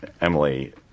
Emily